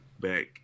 back